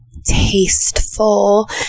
tasteful